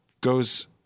goes